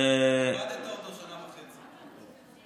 אותו שנה וחצי.